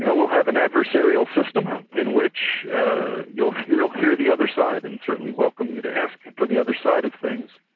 you know we'll have an adversarial system in which you'll hear you'll hear the other side, and certainly welcome you to ask for the other side of things,